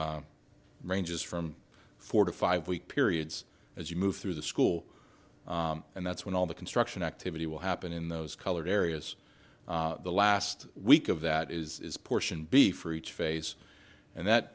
of ranges from four to five week period as you move through the school and that's when all the construction activity will happen in those colored areas the last week of that is portion be for each phase and that